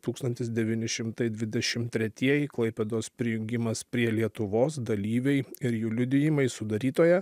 tūkstantis devyni šimtai dvidešim tretieji klaipėdos prijungimas prie lietuvos dalyviai ir jų liudijimai sudarytoją